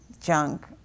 junk